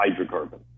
hydrocarbon